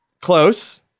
Close